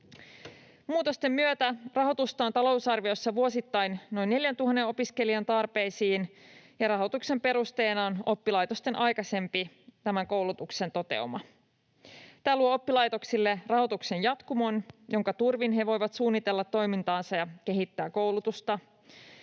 Muutosten myötä rahoitusta on talousarviossa vuosittain noin 4 000 opiskelijan tarpeisiin, ja rahoituksen perusteena on oppilaitosten aikaisempi tämän koulutuksen toteuma. Tämä luo oppilaitoksille rahoituksen jatkumon, jonka turvin he voivat suunnitella toimintaansa ja kehittää koulutusta,